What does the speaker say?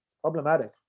problematic